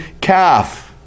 calf